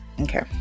Okay